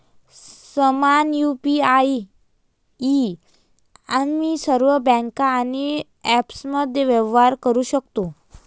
समान यु.पी.आई आम्ही सर्व बँका आणि ॲप्समध्ये व्यवहार करू शकतो